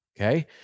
Okay